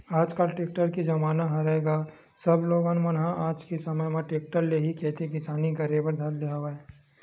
आजकल टेक्टर के जमाना हरय गा सब लोगन मन ह आज के समे म टेक्टर ले ही खेती किसानी करे बर धर ले हवय